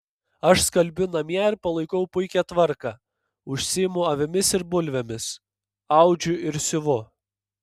aš skalbiu namie ir palaikau puikią tvarką užsiimu avimis ir bulvėmis audžiu ir siuvu